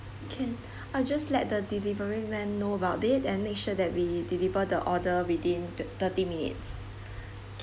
can I just let the delivery man know about it and make sure that we deliver the order within thir~ thirty minutes okay